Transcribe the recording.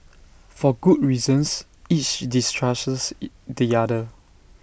for good reasons each distrusts the other